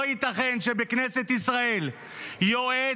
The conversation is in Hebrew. לא ייתכן שבכנסת ישראל יועץ,